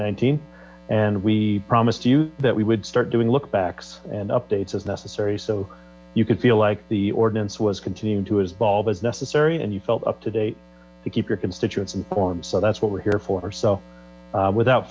nineteen and we promised you that we would start doing look backs and updates as necessary so you could feel like the ordinance was continuing to as ball as necessary and you felt up to date to keep your constituents informed so that's what we're here for herself without